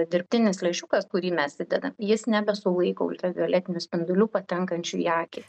dirbtinis lęšiukas kurį mes įdedam jis nebesulaiko ultravioletinių spindulių patenkančių į akį